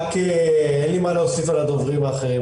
רק אין לי מה להוסיף על הדוברים האחרים,